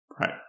Right